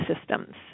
systems